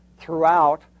throughout